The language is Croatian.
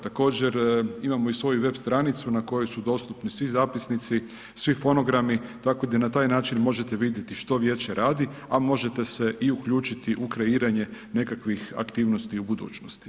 Također, imamo i svoju web stranicu, na kojem su dostupni svi zapisnici, svi fonogrami, tako da i na taj način možete vidjeti što Vijeće radi, a možete se i uključiti i u kreiranje nekakvih aktivnosti u budućnosti.